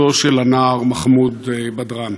להגיב על הדברים שנאמרו פה על מותו של הנער מחמוד בדראן.